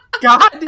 God